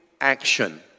action